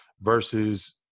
versus